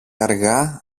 αργά